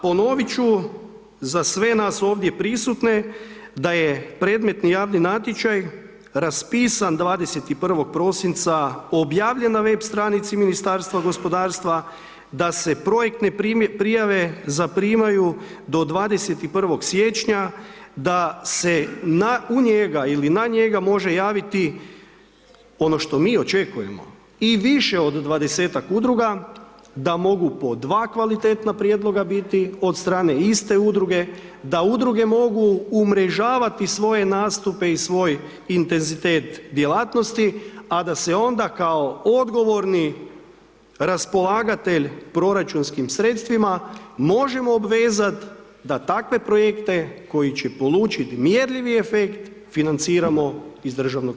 Ponovit ću za sve nas ovdje prisutne da je predmetni javni natječaj raspisan 21. prosinca, objavljen na web stranici Ministarstva gospodarstva, da se projektne prijave zaprimaju do 21. siječnja, da se u njega ili na njega može javiti, ono što mi očekujemo i više od 20-ak udruga, da mogu po dva kvalitetna prijedloga biti od strane iste udruge, da udruge mogu umrežavati svoje nastupe i svoj intenzitet djelatnosti, a da se onda kao odgovorni raspolagatelj proračunskim sredstvima možemo obvezati da takve projekte koji će polučiti mjerljivi projekt financiramo iz državnog